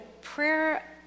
prayer